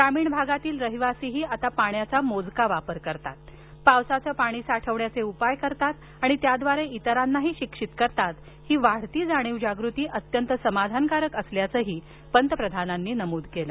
ग्रामीण भागातील रहिवासीही आता पाण्याचा मोजका वापर करतात पावसाचं पाणी साठवण्याचे उपाय करतात आणि त्याद्वारे इतरांनाही शिक्षित करतात ही वाढती जाणीव जागृती अत्यंत समाधानकारक असल्याचंही पंतप्रधानांनी नमूद केलं